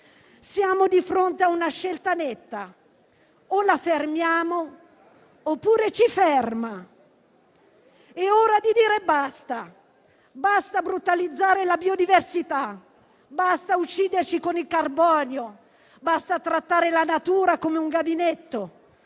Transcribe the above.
Siamo di fronte a una scelta netta: o la fermiamo, o ci ferma. È ora di dire: basta. Basta brutalizzare la biodiversità. Basta ucciderci con il carbonio. Basta trattare la natura come un gabinetto.